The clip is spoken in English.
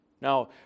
Now